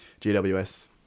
GWS